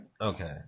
Okay